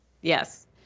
yes